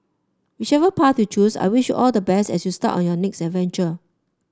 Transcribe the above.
whichever path you choose I wish you all the best as you start on your next adventure